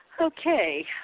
Okay